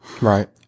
Right